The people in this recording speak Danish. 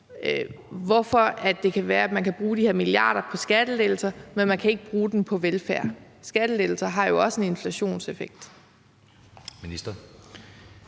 hvorfor man kan bruge de her milliarder på skattelettelser, men at man ikke kan bruge dem på velfærd. Skattelettelser har jo også en inflationseffekt. Kl.